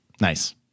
Nice